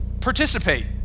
participate